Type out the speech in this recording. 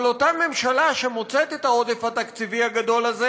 אבל אותה ממשלה שמוצאת את העודף התקציבי הגדול הזה